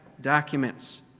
documents